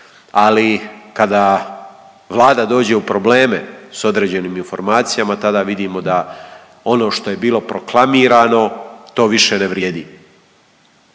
ali kada Vlada dođe u probleme s određenim informacijama, tada vidimo da ono što je bilo proklamirano, to više ne vrijedi.